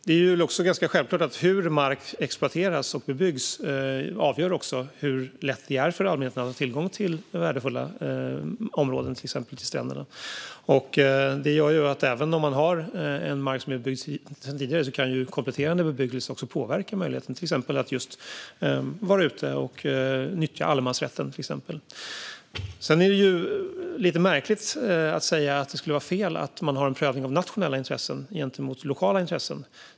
Det är också självklart att hur mark exploateras och bebyggs avgör också hur lätt det är för allmänheten att få tillgång till värdefulla områden, till exempel stränderna. Även om mark är bebyggd sedan tidigare kan kompletterande bebyggelse påverka möjligheten till att vara ute och nyttja allemansrätten. Det är lite märkligt att säga att det skulle vara fel att ha en prövning av nationella intressen gentemot lokala intressen.